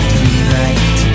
tonight